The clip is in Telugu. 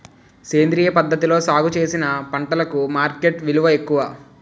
సేంద్రియ పద్ధతిలో సాగు చేసిన పంటలకు మార్కెట్ విలువ ఎక్కువ